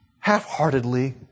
half-heartedly